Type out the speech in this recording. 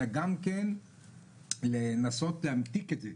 אלא גם כן לנסות להמתיק את זה,